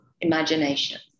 imagination